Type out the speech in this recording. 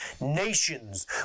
nations